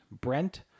Brent